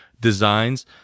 designs